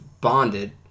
bonded